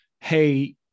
hey